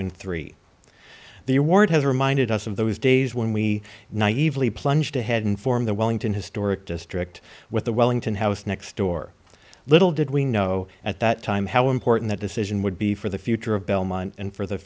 win three the award has reminded us of those days when we naively plunged ahead inform the wellington historic district with the wellington house next door little did we know at that time how important that decision would be for the future of belmont and for the